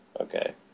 Okay